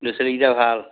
ল'ৰা ছোৱালীকেইটাৰ ভাল